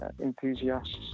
enthusiasts